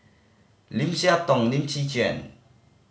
Lim Siah Tong Lim Chwee Chian